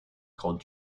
called